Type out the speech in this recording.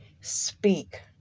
speak